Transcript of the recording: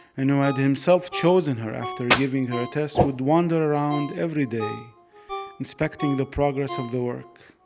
and who had himself chosen her after giving her a test, would wander around every day inspecting the progress of the work,